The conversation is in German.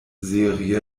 serie